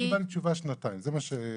אני קיבלתי תשובה שנתיים, זה מה שביקשתי.